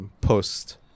post